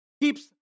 keeps